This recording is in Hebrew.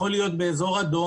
להתערב.